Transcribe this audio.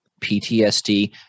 PTSD